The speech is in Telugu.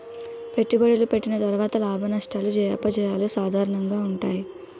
పెట్టుబడులు పెట్టిన తర్వాత లాభనష్టాలు జయాపజయాలు సాధారణంగా ఉంటాయి